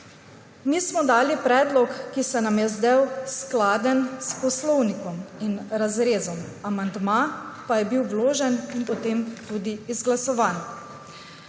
smo dali predlog, ki se nam je zdel skladen s poslovnikom in razrezom, amandma pa je bil vložen in potem tudi izglasovan.«